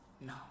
No